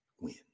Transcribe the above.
win